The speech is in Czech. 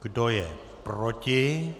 Kdo je proti?